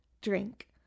drink